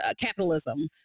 capitalism